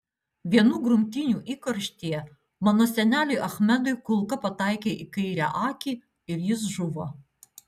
vienų grumtynių įkarštyje mano seneliui achmedui kulka pataikė į kairę akį ir jis žuvo